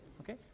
okay